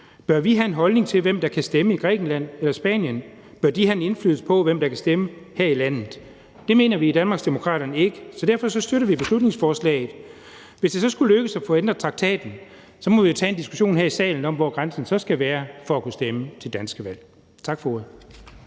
Bør vi have en holdning til, hvem der kan stemme i Grækenland eller Spanien? Bør de have indflydelse på, hvem der kan stemme her i landet? Det mener vi i Danmarksdemokraterne ikke, så derfor støtter vi beslutningsforslaget. Hvis det så skulle lykkes at få ændret traktaten, må vi jo tage en diskussion her i salen om, hvor grænsen så skal være for at kunne stemme til danske valg. Tak for ordet.